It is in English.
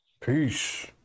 Peace